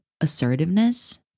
assertiveness